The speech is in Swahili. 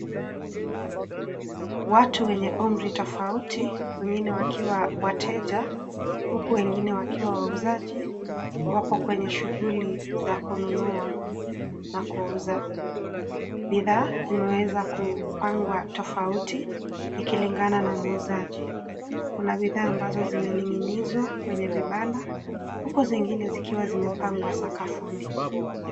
Watu wenye umri tofauti, wengine wakiwa wateja, huku wengine wakiwa wauzaji, wapo kwenye shughuli za kununua na kuuza bidhaa. Zimeweza kupangwa tofauti ikilingana na muuzaji. Kuna bidhaa ambazo zimening'inizwa kwenye vibanda huku zingine zikiwa zimepangwa sakafuni.